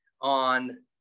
on